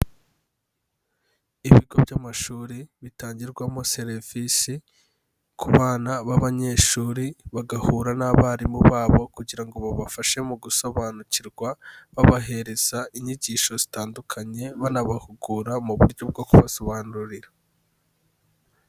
Ibigo by'amashuri bitangirwamo serivisi ku bana b'abanyeshuri, bagahura n'abarimu babo kugira ngo babafashe mu gusobanukirwa, babahereza inyigisho zitandukanye banabahugura mu buryo bwo kubasobanurira.